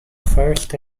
first